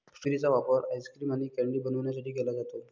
strawberry चा वापर ice cream आणि कँडी बनवण्यासाठी केला जातो